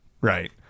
Right